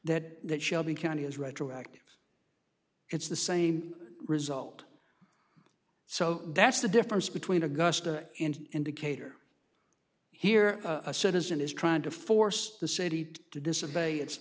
that that shelby county is retroactive it's the same result so that's the difference between augusta and indicator here a citizen is trying to force the city to disobey it